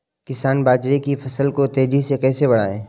किसान बाजरे की फसल को तेजी से कैसे बढ़ाएँ?